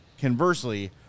Conversely